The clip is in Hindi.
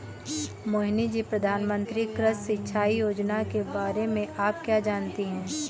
मोहिनी जी, प्रधानमंत्री कृषि सिंचाई योजना के बारे में आप क्या जानती हैं?